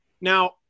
Now